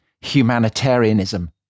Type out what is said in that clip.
humanitarianism